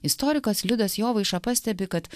istorikas liudas jovaiša pastebi kad